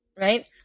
right